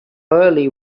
early